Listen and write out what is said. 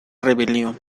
rebelión